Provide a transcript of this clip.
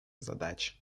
задач